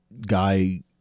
guy